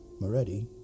Moretti